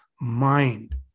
mind